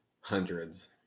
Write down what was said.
Hundreds